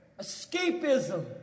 escapism